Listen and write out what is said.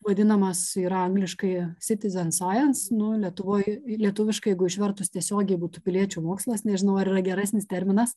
vadinamas yra angliškai citizen science nu lietuvoj lietuviškai išvertus tiesiogiai būtų piliečių mokslas nežinau ar yra geresnis terminas